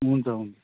हुन्छ हुन्छ